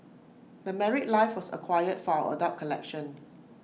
the married life was acquired for our adult collection